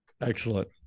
Excellent